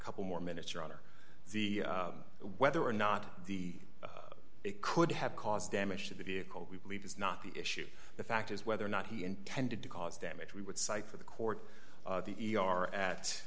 couple more minutes your honor the whether or not it could have caused damage to the vehicle we believe is not the issue the fact is whether or not he intended to cause damage we would cite for the court the e r at